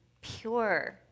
pure